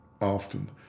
often